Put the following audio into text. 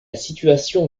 situation